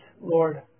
Lord